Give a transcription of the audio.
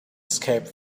escaped